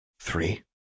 Three